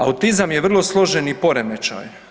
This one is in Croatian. Autizam je vrlo složeni poremećaj.